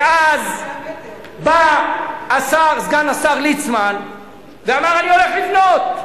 ואז בא סגן השר ליצמן ואמר: אני הולך לבנות.